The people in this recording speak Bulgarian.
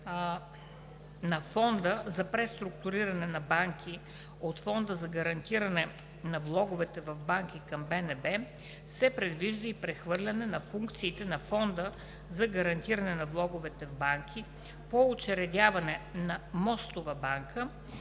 на Фонда за преструктуриране на банки от Фонда за гарантиране на влоговете в банките към Българска народна банка се предвижда и прехвърляне на функциите на Фонда за гарантиране на влоговете в банките по учредяване на мостова банка